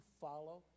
follow